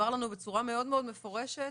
נאמר לנו בצורה מאוד-מאוד מפורשת,